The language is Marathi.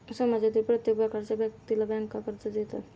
समाजातील प्रत्येक प्रकारच्या व्यक्तीला बँका कर्ज देतात